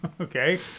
Okay